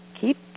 keep